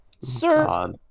Sir